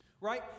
right